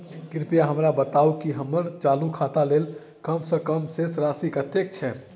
कृपया हमरा बताबू की हम्मर चालू खाता लेल कम सँ कम शेष राशि कतेक छै?